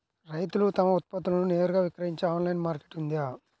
రైతులు తమ ఉత్పత్తులను నేరుగా విక్రయించే ఆన్లైను మార్కెట్ ఉందా?